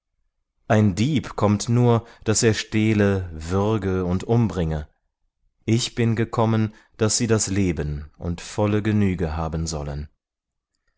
ein dieb kommt nur daß er stehle würge und umbringe ich bin gekommen daß sie das leben und volle genüge haben sollen